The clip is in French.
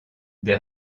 des